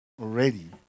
already